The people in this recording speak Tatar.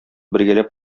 бергәләп